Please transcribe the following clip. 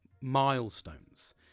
milestones